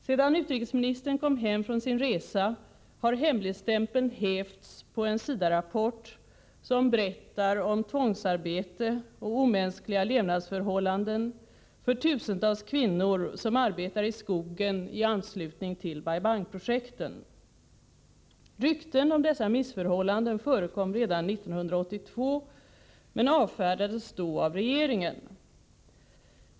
Sedan utrikesministern kom hem från sin resa har hemligstämpeln hävts på en SIDA-rapport som berättar om tvångsarbete och omänskliga levnadsförhållanden för tusentals kvinnor som arbetar i skogen i anslutning till Bai Bang-projekten. Rykten om dessa missförhållanden förekom redan 1982, men avfärdades då av regeringen.